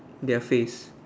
their face